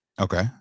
Okay